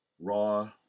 raw